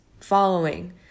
following